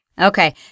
Okay